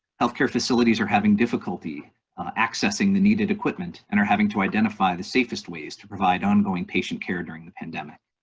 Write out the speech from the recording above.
healthcare facilities are having difficulty accessing the needed equipment and are having to identify the safest ways to provide ongoing patient care during the pandemic.